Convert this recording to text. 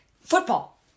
Football